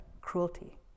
cruelty